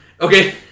Okay